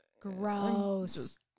Gross